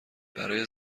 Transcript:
برای